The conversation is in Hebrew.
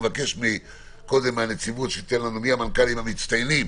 נבקש קודם מהנציבות שתגיד לנו מי המנכ"לים המצטיינים